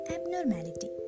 Abnormality